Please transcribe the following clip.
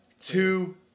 two